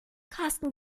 karsten